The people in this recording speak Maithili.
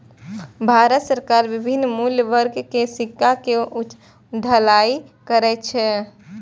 भारत सरकार विभिन्न मूल्य वर्ग के सिक्का के ढलाइ करै छै